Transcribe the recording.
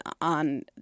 on